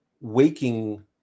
waking